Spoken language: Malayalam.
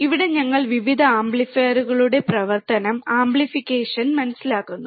ഇവിടെ ഞങ്ങൾ വിവിധ ആംപ്ലിഫയറുകളുടെ പ്രവർത്തനം ആപ്ലിക്കേഷനുകൾ മനസിലാക്കുന്നു